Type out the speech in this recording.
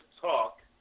talk